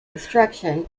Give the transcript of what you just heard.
instruction